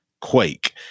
Quake